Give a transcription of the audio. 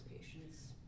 patients